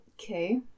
Okay